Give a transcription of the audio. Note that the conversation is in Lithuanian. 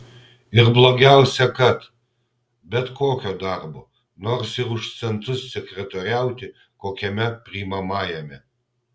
ir blogiausia kad bet kokio darbo nors ir už centus sekretoriauti kokiame priimamajame